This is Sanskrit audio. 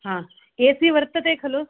ए सि वर्तते खलु